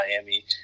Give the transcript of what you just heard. Miami